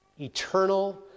Eternal